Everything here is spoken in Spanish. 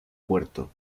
puerto